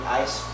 ice